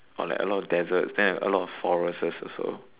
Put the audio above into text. or like a lot of deserts then a lot of forests also so